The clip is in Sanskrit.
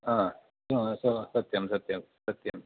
हा सत्यं सत्यं सत्यम्